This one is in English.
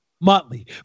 Motley